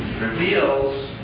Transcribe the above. reveals